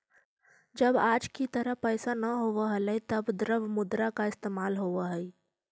जब आज की तरह पैसे न होवअ हलइ तब द्रव्य मुद्रा का इस्तेमाल होवअ हई